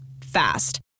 Fast